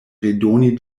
redoni